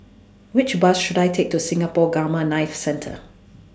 Which Bus should I Take to Singapore Gamma Knife Centre